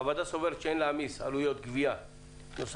הוועדה סוברת שאין להעמיס עלויות גבייה נוספות